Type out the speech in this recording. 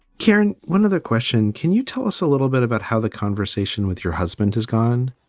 karen, one other question. can you tell us a little bit about how the conversation with your husband has gone?